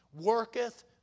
worketh